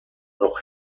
noch